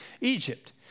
Egypt